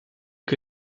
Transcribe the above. que